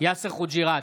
יאסר חוג'יראת,